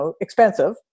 expensive